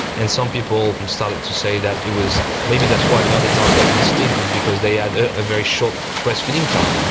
and some people started to say that it was, maybe that's why neanderthals got extinct is because they had a very short breastfeeding time.